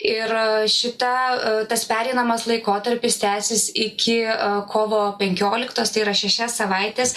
ir šita tas pereinamas laikotarpis tęsis iki kovo penkioliktos tai yra šešias savaites